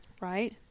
Right